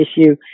issue